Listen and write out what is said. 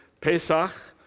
Pesach